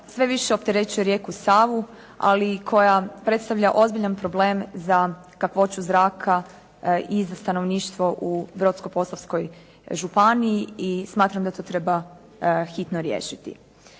sve više opterećuje rijeku Savu, ali i koja predstavlja ozbiljan problem za kakvoću zraka i za stanovništvo u Brodsko-posavskoj županiji i smatram da to treba hitno riješiti.